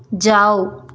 जाओ